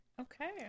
Okay